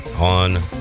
on